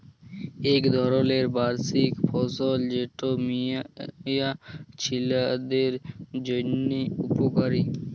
ইক ধরলের বার্ষিক ফসল যেট মিয়া ছিলাদের জ্যনহে উপকারি